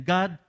God